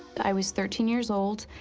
i was thirteen years old.